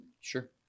Sure